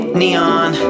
neon